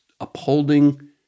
upholding